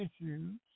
issues